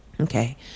Okay